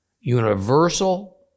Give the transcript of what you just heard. universal